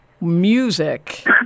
music